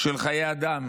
בחיי אדם